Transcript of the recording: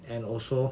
and also